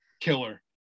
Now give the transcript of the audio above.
Killer